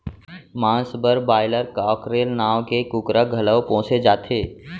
मांस बर broiler, cockerel नांव के कुकरा घलौ पोसे जाथे